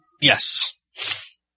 Yes